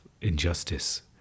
injustice